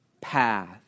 path